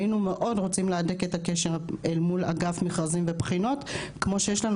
היינו מאוד רוצים להדק את הקשר אל מול אגף מכרזים ובחינות כמו שיש לנו